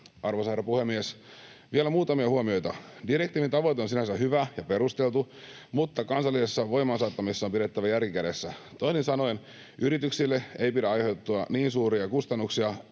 Arvoisa herra puhemies! Vielä muutamia huomioita: Direktiivin tavoite on sinänsä hyvä ja perusteltu, mutta kansallisessa voimaansaattamisessa on pidettävä järki kädessä. Toisin sanoen yrityksille ei pidä aiheutua niin suuria kustannuksia,